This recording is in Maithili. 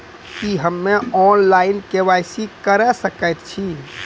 की हम्मे ऑनलाइन, के.वाई.सी करा सकैत छी?